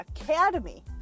Academy